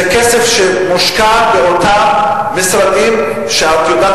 זה כסף שמושקע באותם משרדים שאת יודעת,